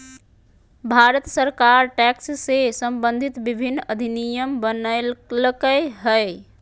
भारत सरकार टैक्स से सम्बंधित विभिन्न अधिनियम बनयलकय हइ